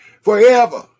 Forever